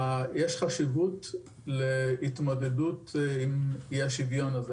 יש חשיבות להתמודדות עם אי השוויון הזה.